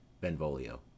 Benvolio